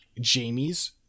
Jamie's